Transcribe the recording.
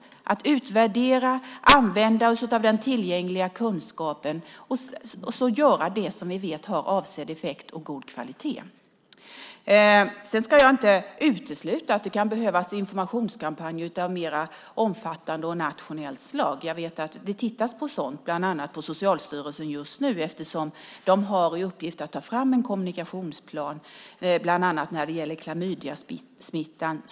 Vi ska utvärdera, använda oss av den tillgängliga kunskapen och göra det som vi vet har avsedd effekt och god kvalitet. Jag ska inte utesluta att det kan behövas informationskampanjer av mer omfattande och nationellt slag. Jag vet att det tittas på sådant just nu, bland annat på Socialstyrelsen, som har i uppgift att ta fram en kommunikationsplan när det gäller klamydiasmittan.